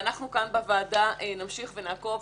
ואנחנו כאן בוועדה נמשיך ונעקוב.